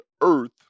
earth